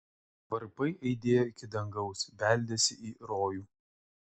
varpai aidėjo iki dangaus beldėsi į rojų